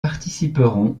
participeront